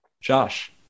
Josh